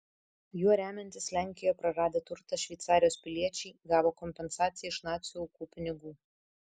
juo remiantis lenkijoje praradę turtą šveicarijos piliečiai gavo kompensaciją iš nacių aukų pinigų